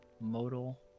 modal